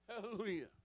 Hallelujah